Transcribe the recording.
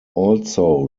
also